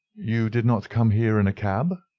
you did not come here in a cab?